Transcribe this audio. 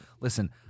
Listen